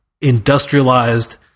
industrialized